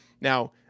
Now